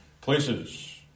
places